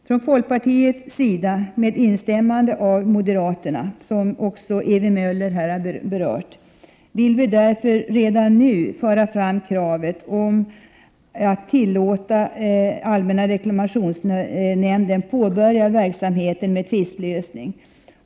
Från folkpartiets sida, med instämmande av moderaterna precis som Ewy Möller här nämnde, vill vi därför redan nu föra fram kravet att tillåta allmänna reklamationsnämnden att påbörja verksamheten med tvistelösning.